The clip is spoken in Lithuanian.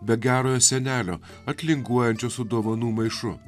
be gerojo senelio atlinguojančio su dovanų maišu